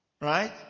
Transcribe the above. right